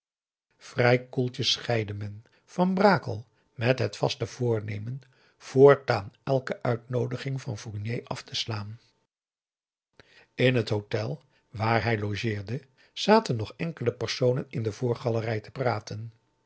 vrij koeltjes scheidde men van brakel met het vaste voornemen voortaan elke uitnoodiging van fournier af te slaan in het hotel waar hij logeerde zaten nog enkele personen in de voorgalerij te praten